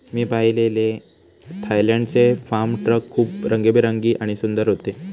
मी पाहिलेले थायलंडचे farm truck खूप रंगीबेरंगी आणि सुंदर होते